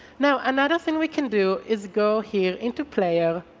now, another thing we can do is go here into player.